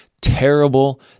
terrible